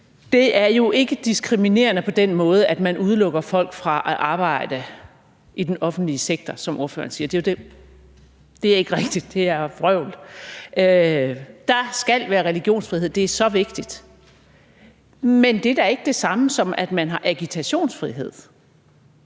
Det er jo ikke diskriminerende på den måde, at man udelukker folk fra at arbejde i den offentlige sektor, som ordføreren siger. Det er ikke rigtigt – det er noget vrøvl. Der skal være religionsfrihed – det er så vigtigt – men det er da ikke det samme, som at man har agitationsfrihed.